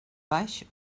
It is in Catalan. baix